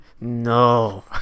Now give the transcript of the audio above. No